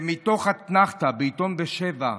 מתוך "אתנחתא" בעיתון בשבע.